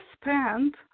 spend